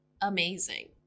amazing